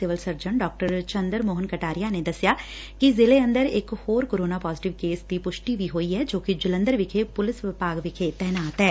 civil surgeon ਡਾ ਚੰਦਰ ਮੋਹਨ ਕਟਾਰੀਆ ਨੇ ਦੱਸਿਆ ਕਿ ਜ਼ਿਲੇ ਅੰਦਰ ਇਕ ਹੋਰ ਕਰੋਨਾ ਪਾਜੀਟਿਵ ਕੇਸ ਦੀ ਪੁਸ਼ਟੀ ਵੀ ਹੋਈ ਐ ਜੋ ਕਿ ਜਲੰਧਰ ਵਿਖੇ ਪੁਲਿਸ ਵਿਭਾਗ ਵਿਖੇ ਤਾਇਨਾਤ ਐ